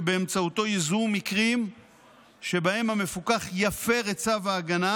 שבאמצעותו יזוהו מקרים שבהם המפוקח יפר את צו ההגנה,